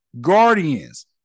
Guardians